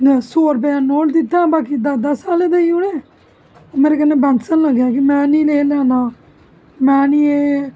में सौ रपे दा नोट दित्ता बाकी दस दस आहले देई ओड़े मेरे कन्नै बैहसन लगेआ कि में नेई एह् लेना में नेई एह्